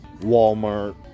Walmart